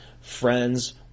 Friends